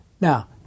Now